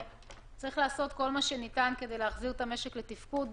צריך לעשות כל מה שניתן כדי להחזיר את המשק לתפקוד.